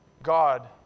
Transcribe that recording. God